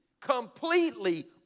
completely